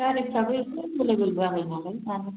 गारिफ्राबो एसे एबेलेबेल जाबाय नालाय माथो होनबावनो